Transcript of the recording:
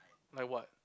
like what